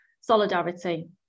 Solidarity